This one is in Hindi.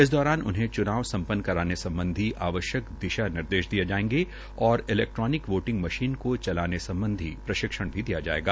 इस रिहर्सल उन्हें च्नाव संपन्न कराने सम्बंधी आवश्यक दिशा निर्देश दिए जाएंगे और इलैक्ट्रोनिक वोटिंग मशीन को चलाने सम्बधी प्रशिक्षण दिया जायेगा